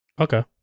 Okay